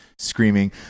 screaming